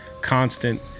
constant